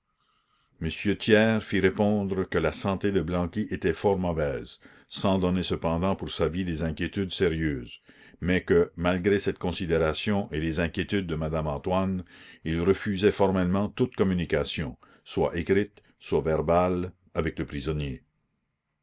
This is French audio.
thiers fit répondre que la santé de blanqui était fort mauvaise sans donner cependant pour sa vie des inquiétudes sérieuses mais que malgré cette considération et les inquiétudes de madame antoine il refusait formellement toute communication soit écrite soit verbale avec le prisonnier